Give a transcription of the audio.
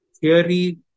theory